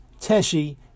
Teshi